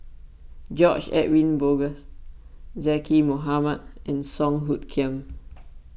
George Edwin Bogaars Zaqy Mohamad and Song Hoot Kiam